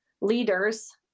leaders